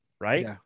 right